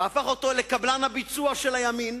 והפך אותו לקבלן הביצוע של הימין